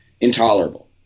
intolerable